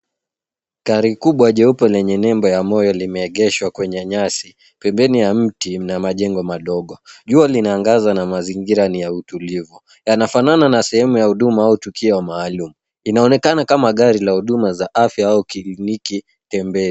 Gari kubwa jeupe lenye nembo ya moyo limeegeshwa kwenye nyasi pembeni ya mti na majengo madogo. Jua linaangaza na mazingira ni ya utulivu yanafanana na sehemu ya huduma au tukio maalum. Inaonekana kama gari la huduma za afya au kliniki tembezi.